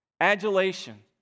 adulation